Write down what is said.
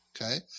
Okay